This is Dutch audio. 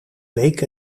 week